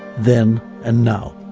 then and now.